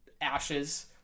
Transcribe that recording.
ashes